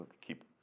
keep